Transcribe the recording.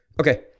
Okay